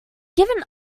given